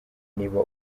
niba